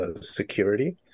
security